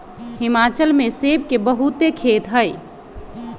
हिमाचल में सेब के बहुते खेत हई